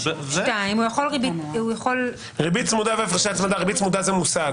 --- "ריבית צמודה" זה מושג.